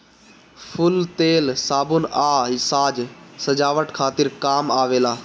फूल तेल, साबुन आ साज सजावट खातिर काम आवेला